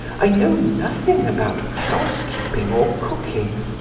i know nothing about housekeeping or cooking.